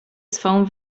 swą